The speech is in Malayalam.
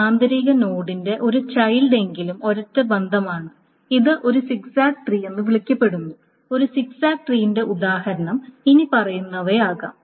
ഒരു ആന്തരിക നോഡിന്റെ ഒരു ചൈൽഡ് എങ്കിലും ഒരൊറ്റ ബന്ധമാണ് ഇത് ഒരു സിഗ്സാഗ് ട്രീ എന്ന് വിളിക്കപ്പെടുന്നു ഒരു സിഗ്സാഗ് ട്രീന്റെ ഉദാഹരണം ഇനിപ്പറയുന്നവയായിരിക്കാം